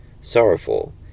Sorrowful